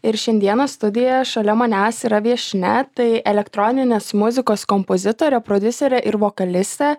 ir šiandieną studijoje šalia manęs yra viešnia tai elektroninės muzikos kompozitorė prodiuserė ir vokalistė